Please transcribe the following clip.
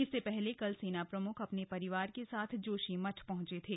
इससे पहले कल सेना प्रमुख अपने परिवार संग जोशीमठ पहुंचे थे